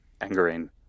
angering